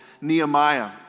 Nehemiah